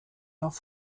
noch